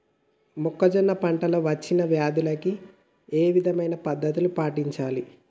మొక్కజొన్న పంట లో వచ్చిన వ్యాధులకి ఏ విధమైన పద్ధతులు పాటించాలి?